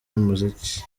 umuziki